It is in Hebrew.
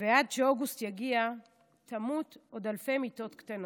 ועד שאוגוסט יגיע תמות עוד אלפי מיתות קטנות.